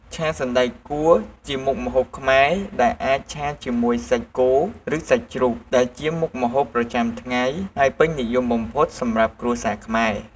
ឆាសណ្តែកគួរ ជាមុខម្ហូបខ្មែរ ដែលអាចឆាជាមួយសាច់គោឬសាច់ជ្រូក ដែលជាមុខម្ហូបប្រចាំថ្ងៃហើយពេញនិយមបំផុតសម្រាប់គ្រួសារខ្មែរ។